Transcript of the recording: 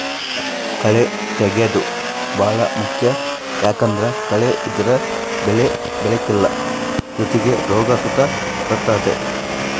ಕಳೇ ತೆಗ್ಯೇದು ಬಾಳ ಮುಖ್ಯ ಯಾಕಂದ್ದರ ಕಳೆ ಇದ್ರ ಬೆಳೆ ಬೆಳೆಕಲ್ಲ ಜೊತಿಗೆ ರೋಗ ಸುತ ಬರ್ತತೆ